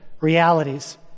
realities